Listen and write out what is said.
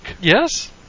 Yes